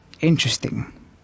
interesting